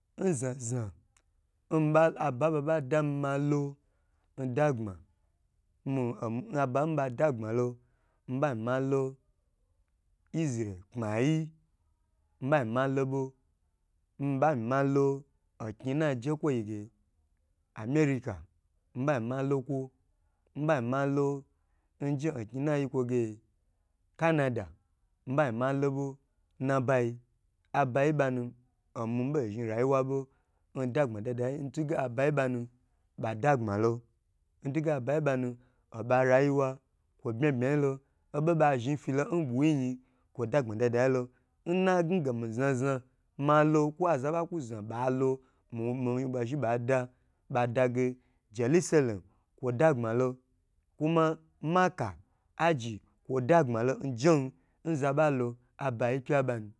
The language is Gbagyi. N znazna, n mii ɓa aba n ɓa ɓo ɓa damii malo n dagbma, mii-omii-aba n ɓa dagbmalo mii ɓa myi malo isreal kpmayi, mii ɓa myi malo ɓo, mii ɓa myi malo oknyi n na je kwo yige, america, mii ɓamyi ma lo kwo, mii ɓa myi ma lo nje omyi n na yi kwo ge canada, mii ɓa myi ma loɓo nnabayi abayi n ɓa nu, omii ɓo zhni rayuwa ɓo, n dagbma dadayi n twuge aba yi n ɓanu ɓa nu dagbma lo, n twuge abayi n ɓa nu oɓa rayuwa kwo bmya bmya yilo, oɓo n ɓa zhni fyi lo n ɓwuyi nyi, kwo dagbma dadayi lo, n na gnage mii znazna malo, kwo azan ɓa kwu zna ɓai lo, mii mii ɓa zhi ɓa ɓwa, ɓa daga yeluselem, kwo dagbma lo, kwuma makka, aji kwo dagbmalo njen, n za ɓa lo abayi pya n ɓanu.